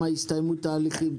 אצל כמה הסתיימו תהליכים?